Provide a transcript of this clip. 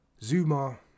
Zuma